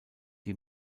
die